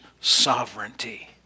sovereignty